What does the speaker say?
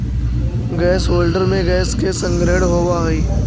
gas holder में gas के संग्रहण होवऽ हई